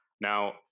now